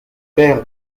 père